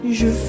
je